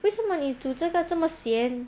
为什么你煮这个这么咸